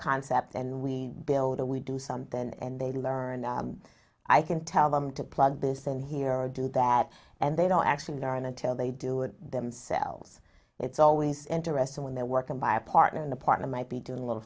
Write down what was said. concept and we build a we do something and they learn i can tell them to plug this and here or do that and they don't actually learn until they do it themselves it's always interesting when they're working by a partner in the partner might be doing a little